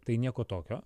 tai nieko tokio